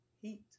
heat